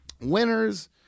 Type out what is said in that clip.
winners